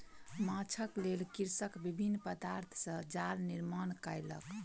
माँछक लेल कृषक विभिन्न पदार्थ सॅ जाल निर्माण कयलक